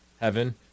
heaven